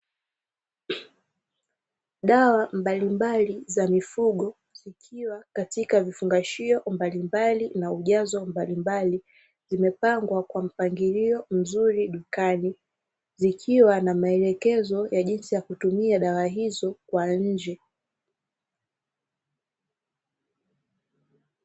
Dawa mbalimbali za mifugo zikiwa katika vifungashio mbalimbali na ujazo mbalimbali, zimepangwa kwa mpangilio mzuri dukani zikiwa na maelekezo ya jinsi ya kutumia dawa hizo kwa nje.